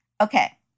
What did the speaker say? Okay